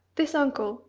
this uncle,